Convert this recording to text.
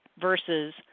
versus